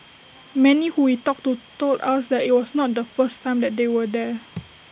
many who we talked to told us that IT was not the first time that they were there